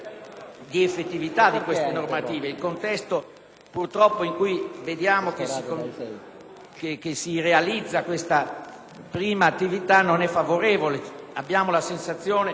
vediamo che si realizza questa prima attività non è favorevole. Abbiamo la sensazione